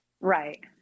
Right